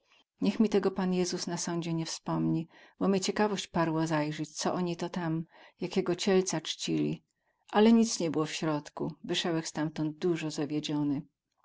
niech mi tego paniezus na sądzie nie wspomni bo mie ciekawość parła zajrzyć co oni to tam jakiego cielca ćcili ale nic nie było w środku wysełech stamtąd duzo zawiedziony